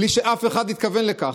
בלי שאף אחד התכוון לכך,